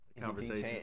conversation